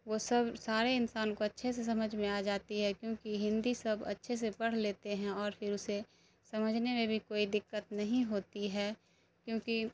وہ سب سارے انسان کو اچھے سے سمجھ میں آ جاتی ہے کیونکہ ہندی سب اچھے سے پڑھ لیتے ہیں اور پھر اسے سمجھنے میں بھی کوئی دقت نہیں ہوتی ہے کیونکہ